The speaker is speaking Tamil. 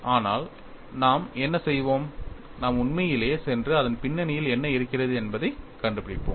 ஆனால் நாம் என்ன செய்வோம் நாம் உண்மையிலேயே சென்று அதன் பின்னணியில் என்ன இருக்கிறது என்பதைக் கண்டுபிடிப்போம்